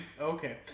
Okay